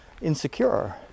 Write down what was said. insecure